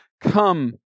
come